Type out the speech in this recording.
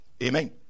Amen